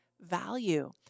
value